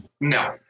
No